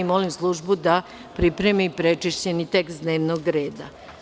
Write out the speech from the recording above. Molim službu da pripremi prečišćeni tekst dnevnog reda.